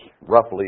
roughly